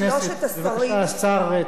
שר תורן חסר לנו.